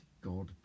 God